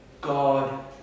God